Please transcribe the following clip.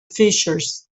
fishers